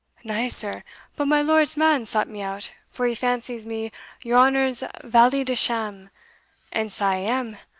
na, sir but my lord's man sought me out, for he fancies me your honour's valley-de-sham and sae i am,